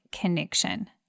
connection